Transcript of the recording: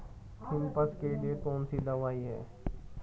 Thrips के लिए कौन सी दवा है?